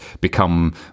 become